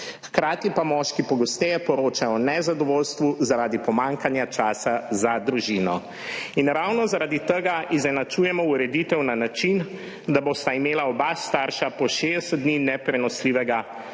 Hkrati pa moški pogosteje poročajo o nezadovoljstvu zaradi pomanjkanja časa za družino. In ravno zaradi tega izenačujemo ureditev na način, da bosta imela oba starša po 60 dni neprenosljivega starševskega